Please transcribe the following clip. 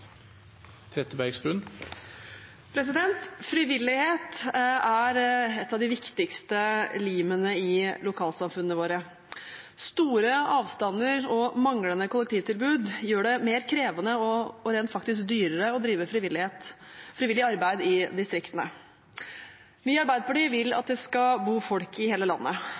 manglende kollektivtilbud gjør det mer krevende og dyrere å drive frivillig arbeid i distriktene. Arbeiderpartiet vil at det skal bo folk i hele landet,